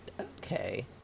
Okay